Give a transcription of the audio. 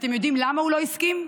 אתם יודעים למה הוא לא הסכים?